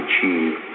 achieve